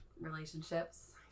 relationships